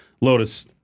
Lotus